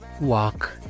walk